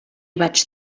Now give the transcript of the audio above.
vaig